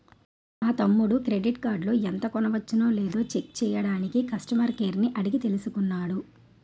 మా తమ్ముడు క్రెడిట్ కార్డులో ఎంత కొనవచ్చునో లేదో చెక్ చెయ్యడానికి కష్టమర్ కేర్ ని అడిగి తెలుసుకున్నాడు